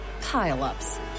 pile-ups